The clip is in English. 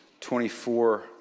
24